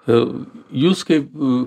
a jūs kaip u